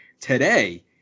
Today